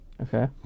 Okay